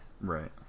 Right